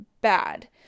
bad